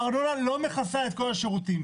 הארנונה לא מכסה את כל השירותים.